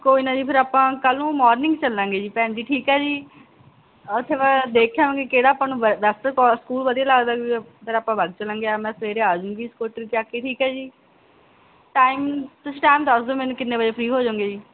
ਕੋਈ ਨਾ ਜੀ ਫਿਰ ਆਪਾਂ ਕੱਲ੍ਹ ਨੂੰ ਮੋਰਨਿੰਗ ਚੱਲਾਂਗੇ ਜੀ ਭੈਣ ਜੀ ਠੀਕ ਹੈ ਜੀ ਉੱਥੇ ਆਪਾਂ ਦੇਖ ਆਵਾਂਗੇ ਕਿਹੜਾ ਆਪਾਂ ਨੂੰ ਬੈਸਟ ਸਕੂਲ ਵਧੀਆ ਲੱਗਦਾ ਵੀ ਫਿਰ ਆਪਾਂ ਵੱਗ ਚੱਲਾਂਗੇ ਆ ਮੈਂ ਸਵੇਰੇ ਆ ਜਾਉਂਗੀ ਸਕੂਟਰੀ ਚੱਕ ਕੇ ਠੀਕ ਹੈ ਜੀ ਟਾਈਮ ਤੁਸੀਂ ਟਾਈਮ ਦੱਸ ਦਿਓ ਮੈਨੂੰ ਕਿੰਨੇ ਵਜੇ ਫਰੀ ਹੋ ਜੋਗੇ ਜੀ